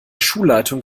schulleitung